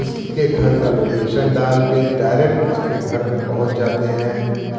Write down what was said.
उसके घर का लोकेशन डाल कर डैरेक्ट उसके घर में पहुँच जाते हैं